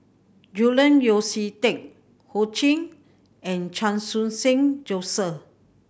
Julian Yeo See Teck Ho Ching and Chan Khun Sing Joseph